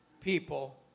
people